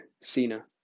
Cena